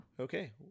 Okay